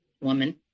woman